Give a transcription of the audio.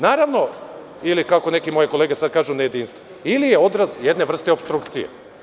Naravno, ili kako neke moje kolege sada kažu – nejedinstva, ili je odraz jedne vrste opstrukcije.